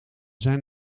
zijn